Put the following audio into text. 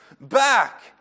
back